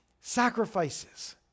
sacrifices